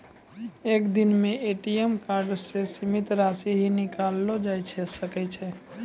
एक दिनो मे ए.टी.एम कार्डो से सीमित राशि ही निकाललो जाय सकै छै